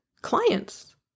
clients